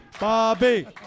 Bobby